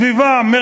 סביבם,